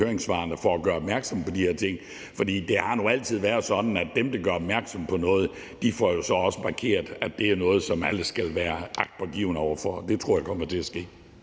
høringssvar, for at gøre opmærksom på de her ting, for det har nu altid været sådan, at dem, der gør opmærksom på noget, også får markeret, at det er noget, som alle skal være agtpågivende over for. Det tror jeg kommer til at ske.